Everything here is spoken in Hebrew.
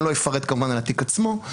אני לא אפרט כמובן על התיק עצמו.